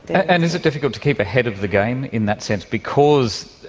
and is it difficult to keep ahead of the game in that sense because,